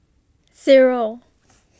Zero